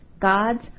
God's